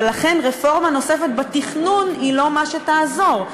ולכן רפורמה נוספת בתכנון היא לא מה שיעזור.